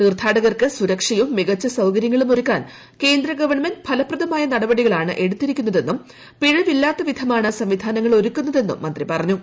തീർത്ഥാടകർക്ക് സുരക്ഷയും മികച്ച സൌകര്യങ്ങളും ഒരുക്കാൻ കേന്ദ്ര ഗവൺമെന്റ് ഫലപ്രദമായ നടപടികളാണ് എടുത്തിരിക്കുന്നതെന്നും പിഴവില്ലാത്ത വിധമാണ് സംവിധാനങ്ങൾ ഒരുക്കുന്നതെന്നും മന്ത്രി പറഞ്ഞു